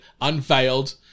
unveiled